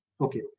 Okay